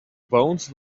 bones